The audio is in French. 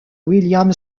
william